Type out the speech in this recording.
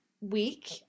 week